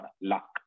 Luck